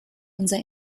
unser